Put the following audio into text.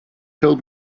told